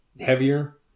heavier